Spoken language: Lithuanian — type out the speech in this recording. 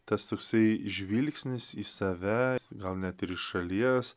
tas toksai žvilgsnis į save gal net ir iš šalies